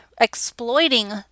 exploiting